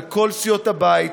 לכל סיעות הבית,